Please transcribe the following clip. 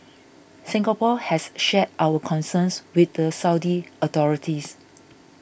Singapore has shared our concerns with the Saudi authorities